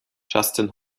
justin